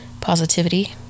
positivity